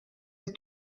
with